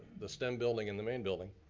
the stem building and the main building,